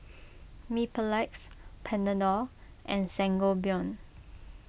Mepilex Panadol and Sangobion